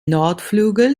nordflügel